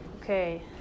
Okay